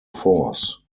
force